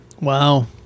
Wow